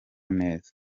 neza